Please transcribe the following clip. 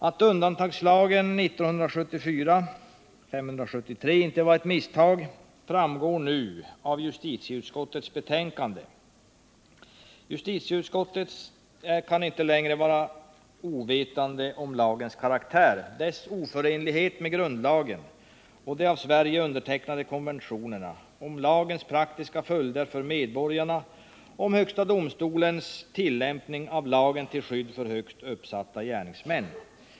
Att undantagslagen 1974:573 inte var ett ”misstag” framgår nu 2v justitieutskottets betänkande. Justitieutskottet kan inte längre vara ovetande om lagens karaktär, dess oförenlighet med grundlagen och de av Sverige undertecknade konventionerna, om lagens praktiska följder för medborgarna och om HD:s tillämpning av lagen till skydd för högt uppsatta gärningsmän.